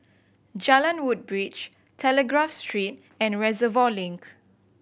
Jalan Woodbridge Telegraph Street and Reservoir Link